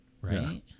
Right